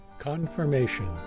Confirmation